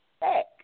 back